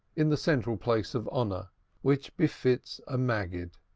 in the central place of honor which befits a maggid.